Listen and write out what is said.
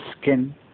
skin